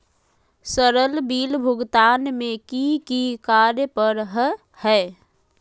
Sir bill भुगतान में की की कार्य पर हहै?